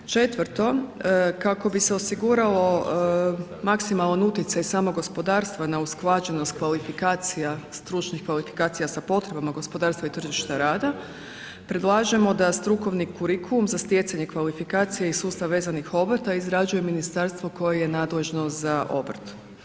Četvrto, kako bi se osigurao maksimalan utjecaj samog gospodarstva na usklađenost kvalifikacija, stručnih kvalifikacija sa potrebama gospodarstva i tržišta rada, predlažemo da strukovni kurikulum za stjecanje kvalifikacije i sustav vezanih obrta izrađuje ministarstvo koje je nadležno za obrt.